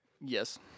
Yes